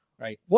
Right